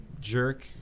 jerk